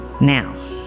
Now